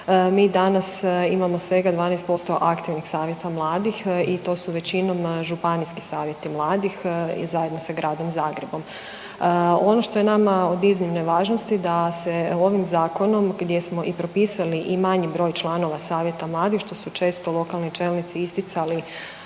Mi danas imamo svega 12% aktivnih savjeta mladih i to su većinom županijski savjeti mladih i zajedno sa Gradom Zagrebom. Ono što je nama od iznimne važnosti da se ovim Zakonom, gdje smo i propisali i manji broj članova savjeta mladih, što su često lokalni čelnici isticali